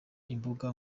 imbuga